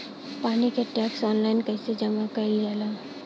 पानी क tax online कईसे जमा कईल जाला?